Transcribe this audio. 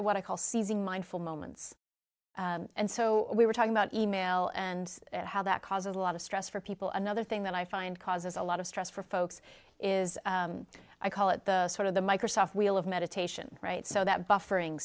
call seizing mindful moments and so we were talking about email and how that causes a lot of stress for people another thing that i find causes a lot of stress for folks is i call it the sort of the microsoft wheel of meditation right so that buffer